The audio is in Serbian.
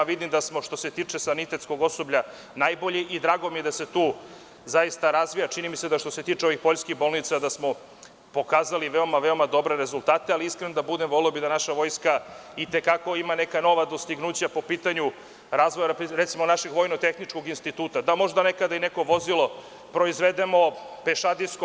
Vidim da smo što se tiče sanitetskog osoblja najbolji i drago mi je da se tu zaista razvija, čini mi se, što se tiče ovih poljskih bolnica, da smo pokazali veoma, veoma dobre rezultate, ali iskren da budem, voleo bih da naša vojska i te kako ima neka nova dostignuća po pitanju razvoja našeg, na primer, vojno tehničkog instituta, da možda nekada i neko vozilo proizvedemo, pešadijsko.